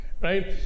right